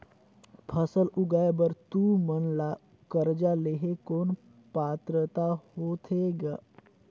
फसल उगाय बर तू मन ला कर्जा लेहे कौन पात्रता होथे ग?